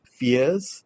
fears